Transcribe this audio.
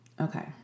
Okay